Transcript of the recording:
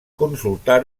consultar